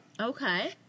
Okay